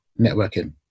networking